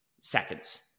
seconds